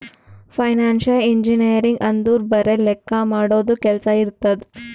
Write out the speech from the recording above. financial engineering ಅಂದುರ್ ಬರೆ ಲೆಕ್ಕಾ ಮಾಡದು ಕೆಲ್ಸಾ ಇರ್ತುದ್